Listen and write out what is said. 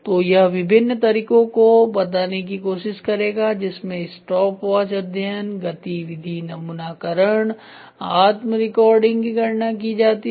तो यह विभिन्न तरीकों को बताने की कोशिश करेगा जिसमें स्टॉपवॉच अध्ययन गतिविधि नमूनाकरण आत्म रिकॉर्डिंग की गणना की जाती है